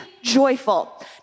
joyful